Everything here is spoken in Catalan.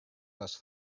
les